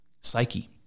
psyche